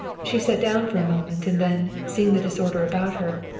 she sat down for a moment, and then, seeing the disorder about her,